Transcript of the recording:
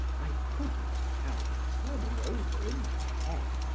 i could not help turning over in my head,